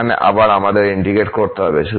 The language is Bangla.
এখানে আবার আমাদের ইন্টিগ্রেট করতে হবে